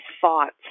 thoughts